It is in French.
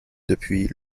depuis